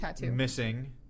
missing